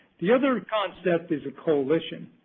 the other concept is a coalition,